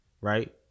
Right